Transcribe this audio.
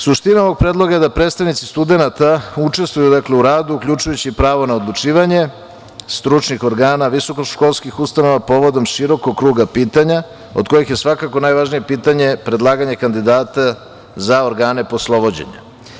Suština ovog predloga je da predstavnici studenata učestvuju u radu uključujući pravo na odlučivanje stručnih organa visokoškolskih ustanova povodom širokog kruga pitanja od kojih je svakako najvažnije pitanje predlaganje kandidata za organe poslovođenja.